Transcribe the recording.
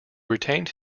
retained